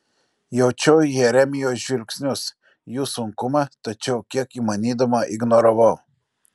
jaučiau jeremijo žvilgsnius jų sunkumą tačiau kiek įmanydama ignoravau